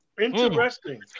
Interesting